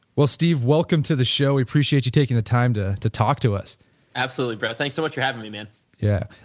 well, steve, welcome to the show, i appreciate you taking the time to to talk to us absolutely brett. thanks so much for having me man yeah.